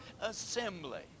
assembly